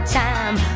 time